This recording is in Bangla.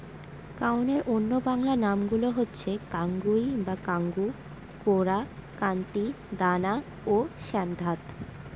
কাউনের অন্য বাংলা নামগুলো হচ্ছে কাঙ্গুই বা কাঙ্গু, কোরা, কান্তি, দানা ও শ্যামধাত